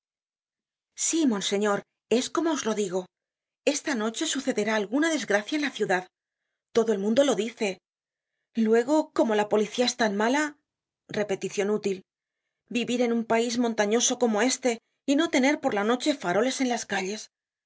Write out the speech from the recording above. sí monseñor es como os lo digo esta noche sucederá alguna desgracia en la ciudad todo el mundo lo dice luego como la policía es tan mala repeticion útil vivir en un país montañoso como este y no tener por la noche faroles en la calles